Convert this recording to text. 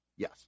Yes